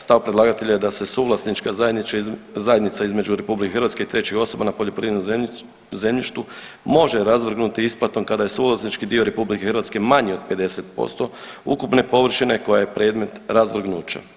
Stav predlagatelja je da se suvlasnička zajednica između RH i trećih osoba na poljoprivrednom zemljištu može razvrgnuti isplatom kada je suvlasnički dio RH manji od 50% ukupne površine koja je predmet razvrgnuća.